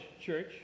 church